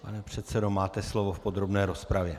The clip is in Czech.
Pane předsedo, máte slovo v podrobné rozpravě.